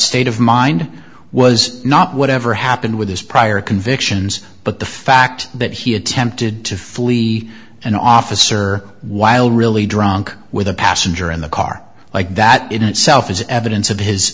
state of mind was not whatever happened with his prior convictions but the fact that he attempted to flee an officer while really drunk with a passenger in the car like that in itself is evidence of his